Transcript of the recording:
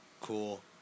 Cool